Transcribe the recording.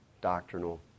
doctrinal